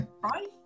right